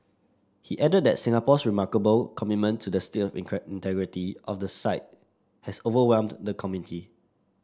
he added that Singapore's remarkable commitment to the state of integrity of the site has overwhelmed the committee